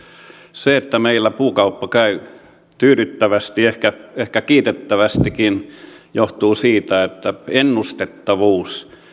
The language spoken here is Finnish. se että meillä puukauppa käy tyydyttävästi ehkä ehkä kiitettävästikin johtuu siitä että ennustettavuus